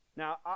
Now